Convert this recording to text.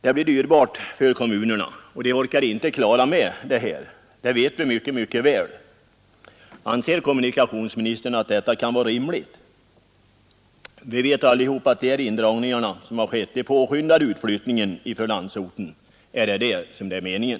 Det blir dyrbart för kommunerna, och vi vet mycket väl att de inte orkar klara av det. Anser kommunikationsministern att detta kan vara rimligt? De indragningar som har skett påskyndar utflyttningen från landsorten. Är det det som är meningen?